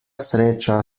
sreča